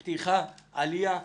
פתיחה, עלייה וירידה,